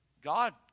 God